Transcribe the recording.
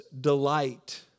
Delight